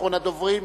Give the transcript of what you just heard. אחרון הדוברים,